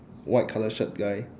white colour shirt guy